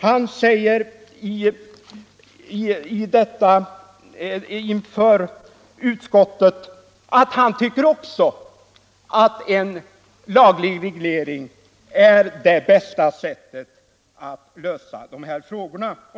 Han sade inför utskottet att han tycker att en laglig reglering är det bästa sättet att lösa de här frågorna.